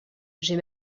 j’ai